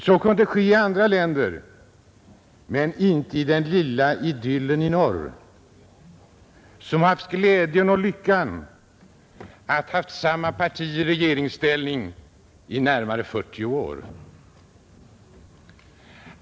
Så kunde ske i andra länder men inte i den lilla idyllen i norr, som haft glädjen och lyckan att ha haft samma parti i regeringsställning i närmare 40 år.